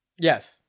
Yes